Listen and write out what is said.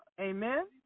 Amen